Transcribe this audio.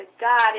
God